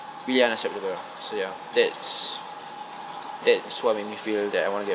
really unacceptable so ya that's that's what make me feel that I want to get